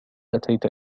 أتيت